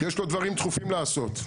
יש לו דברים דחופים לעשות,